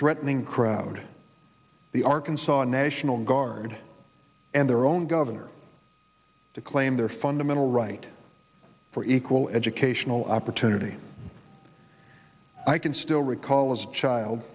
threatening crowd the ark and saw national guard and their own governor to claim their fundamental right for equal educational opportunity i can still recall as a child